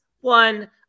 One